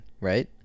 right